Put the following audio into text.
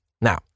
now